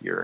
your